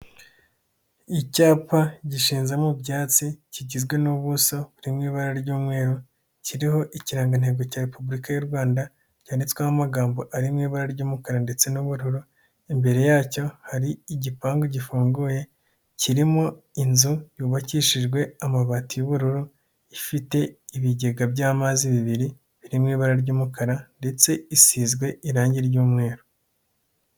Icyapa gishinzemo ibyatsi kigizwe n'ubuso buri mu ibara ry'umweru kiriho ikirangantego cya repubulika y'u Rwanda, cyanyanditsweho amagambo arimo ibara ry'umukara ndetse n'ubururo imbere yacyo hari igipangu gifunguye kirimo inzu yubakishijwe amabati y'ubururu, ifite ibigega by'amazi bibiri biri mu ibara ry'umukara ndetse isizwe irangi ry'umweru